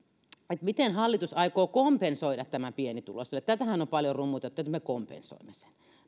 miten hallitus aikoo kompensoida tämän pienituloisille tätähän on paljon rummutettu että me kompensoimme sen